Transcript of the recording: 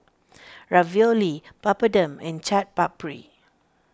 Ravioli Papadum and Chaat Papri